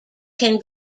can